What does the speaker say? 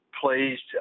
pleased